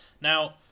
Now